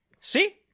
See